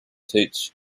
teach